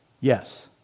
Yes